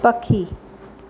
पखी